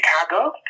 Chicago